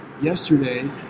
yesterday